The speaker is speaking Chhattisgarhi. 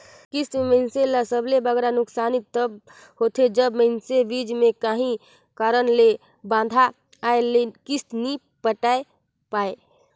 किस्त में मइनसे ल सबले बगरा नोसकान तब होथे जब मइनसे बीच में काहीं कारन ले बांधा आए ले किस्त नी पटाए पाए